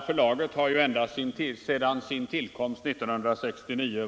Fru talman!